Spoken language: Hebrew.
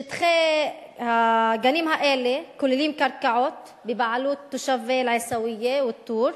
שטחי הגנים האלה כוללים קרקעות בבעלות תושבי אל-עיסאוויה וא-טור,